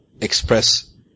express